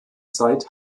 zeit